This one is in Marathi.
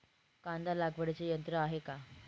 कांदा लागवडीचे यंत्र आहे का?